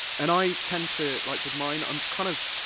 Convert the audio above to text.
and i tend to, like, with mine, i'm kind of,